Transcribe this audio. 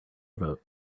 vote